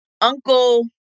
Uncle